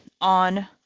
on